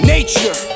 Nature